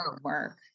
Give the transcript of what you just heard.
work